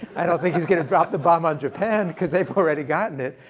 i don't think he's going to drop the bomb on japan, because they've already gotten it.